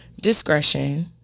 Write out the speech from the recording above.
Discretion